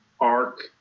arc